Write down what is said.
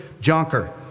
Jonker